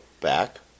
back